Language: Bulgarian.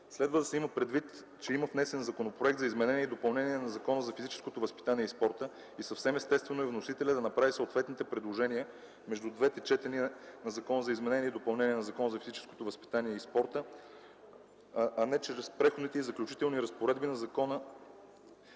Следва да се има предвид, че има внесен Законопроект за изменение и допълнение на Закона за физическото възпитание и спорта и съвсем естествено е вносителят да направи съответните предложения между двете четения на Закона за изменение и допълнение на Закона за физическото възпитание и спорта, а не чрез Преходните и заключителни разпоредби на Закона